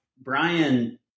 Brian